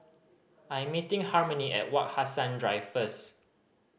I am meeting Harmony at Wak Hassan Drive first